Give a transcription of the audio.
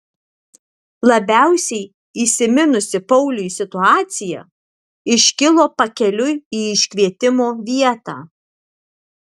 labiausiai įsiminusi pauliui situacija iškilo pakeliui į iškvietimo vietą